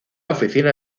oficina